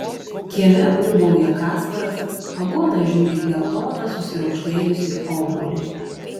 kieme ūbauja kasparas aguona žiūri į geltoną susiraukšlėjusį obuolį